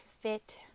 fit